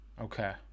Okay